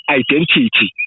identity